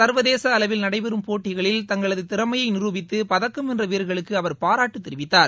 சர்வதேச அளவில் நடைபெறும் போட்டிகளில் தங்களது திறமையை நிருபித்து பதக்கம் வென்ற வீரர்களுக்கு அவர் பாராட்டு தெரிவித்தார்